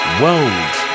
world